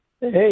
Hey